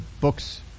books